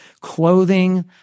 clothing